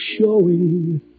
showing